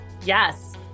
Yes